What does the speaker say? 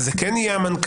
אז זה כן יהיה המנכ"ל.